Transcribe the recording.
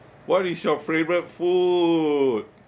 what is your favourite food